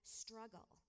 struggle